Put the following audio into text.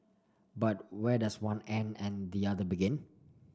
but where does one end and the other begin